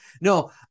no